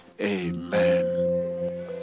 Amen